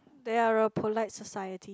there are polite society